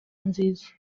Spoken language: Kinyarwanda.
nziza